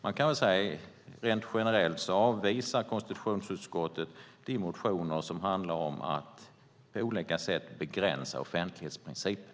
Man kan väl säga, rent generellt, att konstitutionsutskottet avvisar de motioner som handlar om att på olika sätt begränsa offentlighetsprincipen.